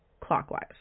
clockwise